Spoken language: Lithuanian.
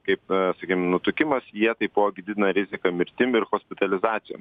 kaip sakykim nutukimas jie taipogi didina riziką mirtim ir hospitalizacijom